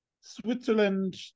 Switzerland